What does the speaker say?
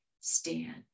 stand